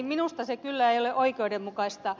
minusta se kyllä ei ole oikeudenmukaista